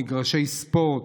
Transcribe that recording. מגרשי ספורט,